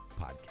podcast